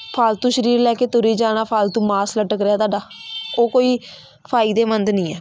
ਫਾਲਤੂ ਸਰੀਰ ਲੈ ਕੇ ਤੁਰੀ ਜਾਣਾ ਫਾਲਤੂ ਮਾਸ ਲਟਕ ਰਿਹਾ ਤੁਹਾਡਾ ਉਹ ਕੋਈ ਫਾਇਦੇਮੰਦ ਨਹੀਂ ਹੈ